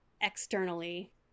externally